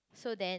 so then